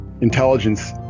intelligence